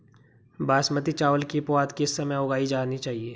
बासमती चावल की पौध किस समय उगाई जानी चाहिये?